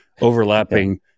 overlapping